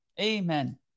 Amen